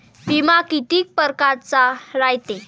बिमा कितीक परकारचा रायते?